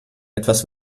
etwas